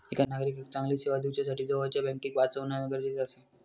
एका नागरिकाक चांगली सेवा दिवच्यासाठी जवळच्या बँकेक वाचवणा गरजेचा आसा